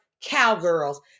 cowgirls